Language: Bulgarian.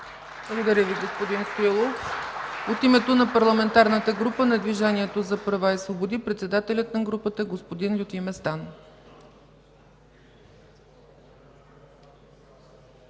Благодаря Ви, господин Стоилов. От името на Парламентарната група на Движението за права и свободи – председателят на групата господин Лютви Местан.